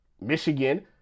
Michigan